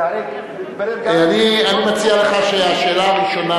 אני מציע לך שהשאלה הראשונה,